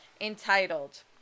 Entitled